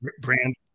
brand